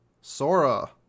Sora